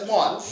one